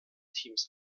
teams